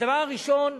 הדבר הראשון,